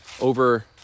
over